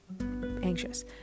anxious